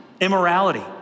immorality